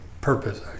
purpose